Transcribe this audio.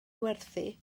werthu